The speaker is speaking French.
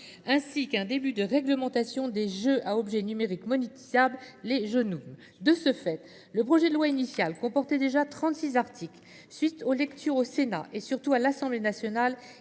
intégré un début de réglementation des jeux à objets numériques monétisables (Jonum). De ce fait, le projet de loi initial comportait déjà trente six articles. Après sa lecture au Sénat et, surtout, à l’Assemblée nationale,